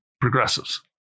progressives